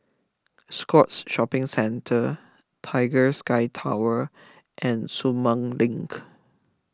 Scotts Shopping Centre Tiger Sky Tower and Sumang Link